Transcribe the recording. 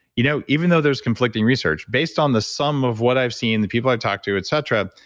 you know even though there's conflicting research, based on the sum of what i've seen, the people i've talked to, etc,